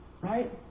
right